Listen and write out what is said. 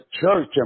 church